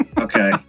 Okay